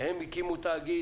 הם הקימו תאגיד,